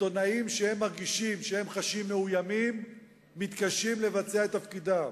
עיתונאים שמרגישים מאוימים מתקשים למלא את תפקידם.